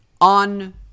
On